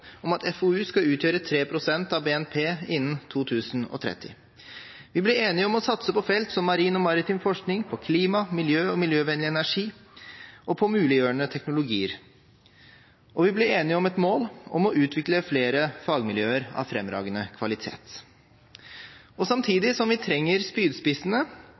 om at FoU skal utgjøre 3 pst. av BNP innen 2030. Vi ble enige om å satse på felt som marin og maritim forskning, på klima, miljø og miljøvennlig energi og på muliggjørende teknologier, og vi ble enige om et mål om å utvikle flere fagmiljøer av fremragende kvalitet. Samtidig som vi trenger spydspissene,